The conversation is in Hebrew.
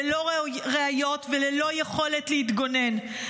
ללא ראיות וללא יכולת להתגונן.